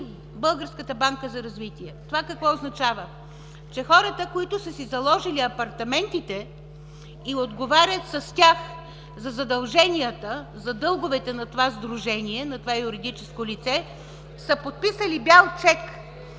Българската банка за развитие. Това какво означава? Че хората, които са си заложили апартаментите и отговарят с тях за задълженията, за дълговете на това сдружение, на това юридическо лице, са подписали бял чек.